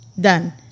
done